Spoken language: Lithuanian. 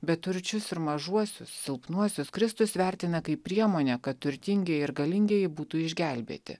beturčius ir mažuosius silpnuosius kristus vertina kaip priemonę kad turtingieji ir galingieji būtų išgelbėti